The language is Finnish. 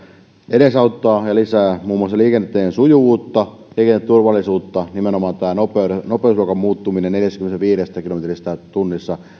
edesauttavat ja lisäävät muun muassa liikenteen sujuvuutta ja liikenneturvallisuutta nimenomaan tämä nopeusluokan muuttuminen neljästäkymmenestäviidestä kilometristä tunnissa